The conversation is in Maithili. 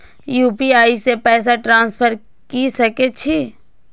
यू.पी.आई से पैसा ट्रांसफर की सके छी?